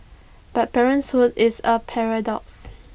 but parenthood is A paradox